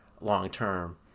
long-term